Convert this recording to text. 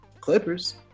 Clippers